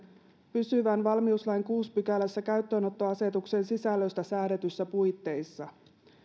pysyvän valmiuslain kuudennessa pykälässä käyttöönottoasetuksen sisällöstä säädetyissä puitteissa